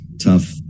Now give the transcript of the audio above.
Tough